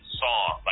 song